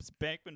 Bankman